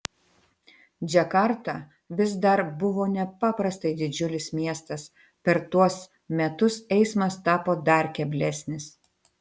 džakarta vis dar buvo nepaprastai didžiulis miestas per tuos metus eismas tapo dar keblesnis